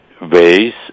ways